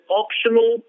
optional